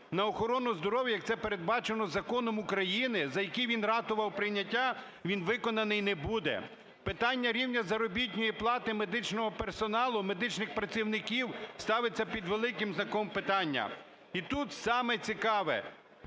на охорону здоров'я, як це передбачено законом України, за які він ратував прийняття, він виконаний не буде. Питання рівня заробітної плати медичного персоналу, медичних працівників ставиться під великим знаком питання. І тут саме цікаве.